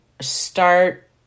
start